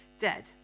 dead